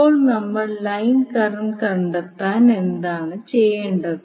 ഇപ്പോൾ നമ്മൾ line current കണ്ടെത്താൻ എന്താണ് ചെയ്യേണ്ടത്